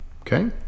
Okay